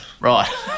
Right